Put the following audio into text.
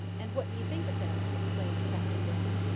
and what do you think of them? exclaimed captain brown.